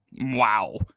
Wow